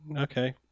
Okay